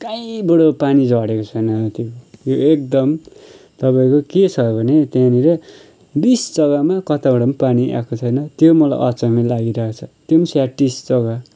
कहीँबाट पानी झरेको छैन त्यो यो एकदम तपाईँको के छ भने त्यहाँनिर बिच जग्गामा कताबाट पनि पानी आएको छैन त्यो मलाई अचम्मै लागि रहेछ त्यो स्याटिस् जग्गा